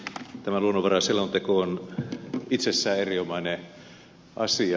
tämä luonnonvaraselonteko on itsessään erinomainen asia